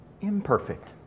imperfect